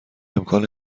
امکان